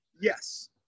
yes